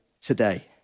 today